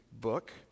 book